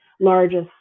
largest